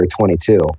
22